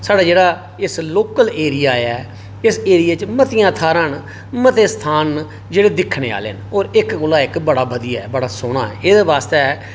साढे जेहड़ा local area ऐ इस ऐरिये च मतियां थाह्रा न मते स्थान जेहड़े दिक्खने आहले ना इक कोला इक बड़ा बधिया ऐ बड़ा सोह्ना ऐ ते एह्दे आस्तै